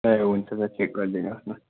ए हुन्छ त चेक गरिदिनुहोस् न